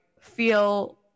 feel